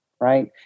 right